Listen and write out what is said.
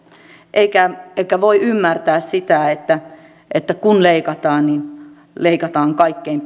eikä voi ymmärtää sitä että että kun leikataan niin leikataan kaikkein